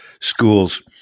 schools